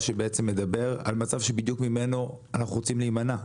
שבעצם מדבר על מצב שבדיוק ממנו אנחנו רוצים להימנע.